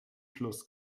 schluss